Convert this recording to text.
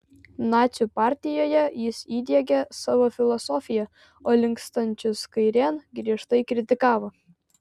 nacių partijoje jis įdiegė savo filosofiją o linkstančius kairėn griežtai kritikavo